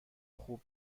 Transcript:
خوب